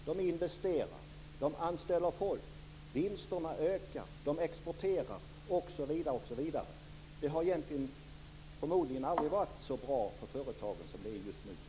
De investerar, de anställer folk, vinsterna ökar, de exporterar osv. Det har förmodligen aldrig varit så bra för företagen som det är just nu.